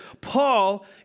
Paul